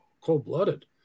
cold-blooded